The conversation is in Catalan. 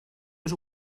les